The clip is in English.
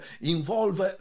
involve